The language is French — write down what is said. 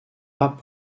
pas